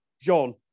John